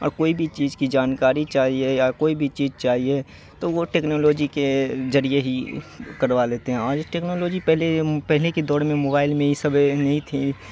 اور کوئی بھی چیز کی جانکاری چاہیے یا کوئی بھی چیز چاہیے تو وہ ٹیکنالوجی کے ذریعے ہی کروا لیتے ہیں اور یہ ٹیکنالوجی پہلے پہلے کے دور میں موبائل میں ای سب نہیں تھی